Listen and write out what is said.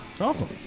Awesome